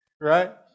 right